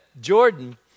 Jordan